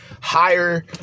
higher